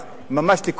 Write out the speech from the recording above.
ממש תיקון עוול,